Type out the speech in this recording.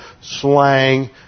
slang